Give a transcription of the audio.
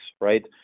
right